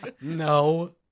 No